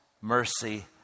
mercy